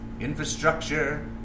infrastructure